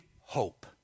hope